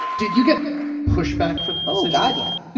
did you get pushback from that um yeah